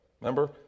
Remember